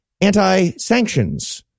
anti-sanctions